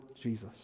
Jesus